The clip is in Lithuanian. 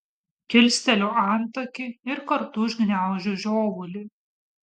kilsteliu antakį ir kartu užgniaužiu žiovulį